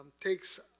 takes